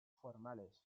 formales